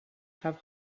have